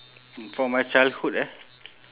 from my childhood eh